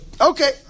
Okay